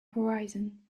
horizon